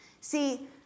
See